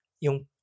yung